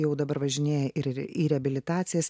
jau dabar važinėja ir į reabilitacijas